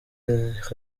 les